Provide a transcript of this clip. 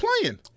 playing